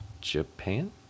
Japan